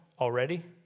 already